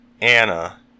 Anna